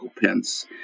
Pence